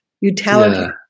utility